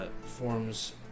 forms